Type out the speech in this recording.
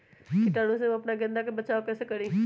कीटाणु से हम अपना गेंदा फूल के बचाओ कई से करी?